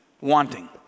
wanting